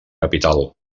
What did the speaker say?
capital